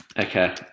okay